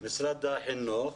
משרד החינוך.